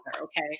okay